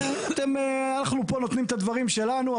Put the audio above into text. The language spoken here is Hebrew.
אתם, אנחנו פה נותנים את הדברים שלנו.